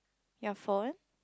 your phone